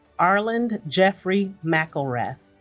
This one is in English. arland jeffrey mcilrath